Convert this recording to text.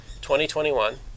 2021